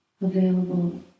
available